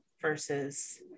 versus